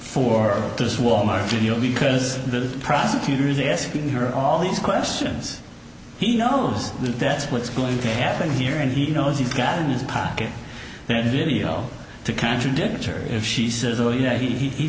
for this walmart video because the prosecutor is asking her all these questions he knows that's what's going to happen here and he knows he's got in his pocket he had video to contradict her if she says oh yeah he